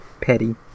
petty